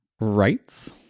Rights